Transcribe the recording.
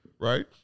right